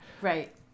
Right